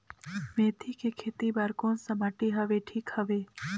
मेथी के खेती बार कोन सा माटी हवे ठीक हवे?